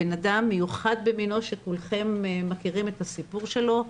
לאדם מיוחד במינו שכולכם מכירים את הסיפור שלו,